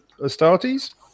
Astartes